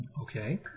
Okay